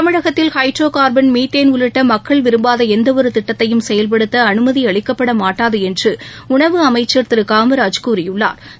தமிழகத்தில் hydrocarbon methane உள்ளிட்ட மக்கள் விரும்பாத எந்த ஒரு திட்டத்தையும் செயல்படுத்த அனுமதி அளிக்கப்பட மாட்டாது என்று உணவு அமைச்ச் திரு காமராஜ் கூறியுள்ளாா்